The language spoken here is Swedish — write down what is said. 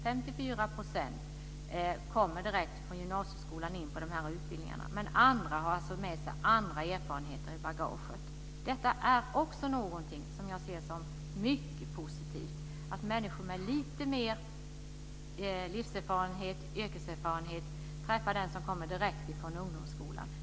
54 % kommer direkt från gymnasieskolan till dessa utbildningar, men andra har med sig andra erfarenheter i bagaget. Detta är också någonting som jag ser som mycket positivt. Människor med lite mer livserfarenhet och yrkeserfarenhet träffar dem som kommer direkt från ungdomsskolan.